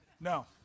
no